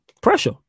Pressure